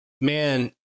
man